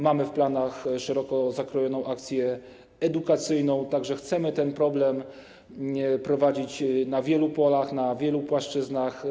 Mamy w planach szeroko zakrojoną akcję edukacyjną, tak że chcemy ten problem prowadzić na wielu polach, na wielu płaszczyznach.